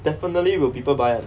definitely will people buy [one]